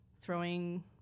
Throwing